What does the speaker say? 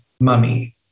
mummy